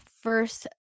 first